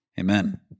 Amen